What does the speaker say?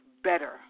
better